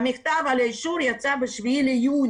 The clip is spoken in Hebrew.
המכתב על האישור יצא ב-7 ביוני,